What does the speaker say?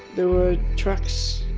there were trucks.